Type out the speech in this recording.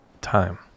time